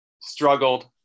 struggled